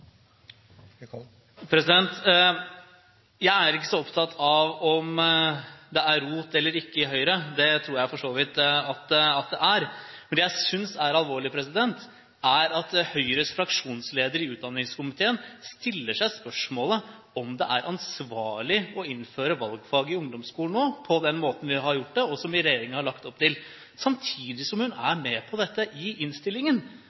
ikke så opptatt av om det er rot eller ikke i Høyre, det tror jeg for så vidt at det er. Men det jeg synes er alvorlig, er at Høyres fraksjonsleder i utdanningskomiteen stiller seg spørsmålet om det er ansvarlig å innføre valgfag i ungdomsskolen på den måten som regjeringen har lagt opp til, samtidig som hun er med på dette i innstillingen.